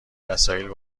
وسایل